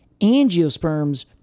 angiosperms